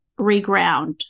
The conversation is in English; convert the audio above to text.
reground